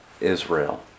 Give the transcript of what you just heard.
Israel